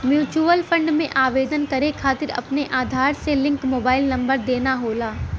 mutual fund में आवेदन करे खातिर अपने आधार से लिंक मोबाइल नंबर देना होला